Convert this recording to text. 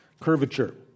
curvature